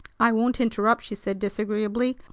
i won't interrupt, she said disagreeably.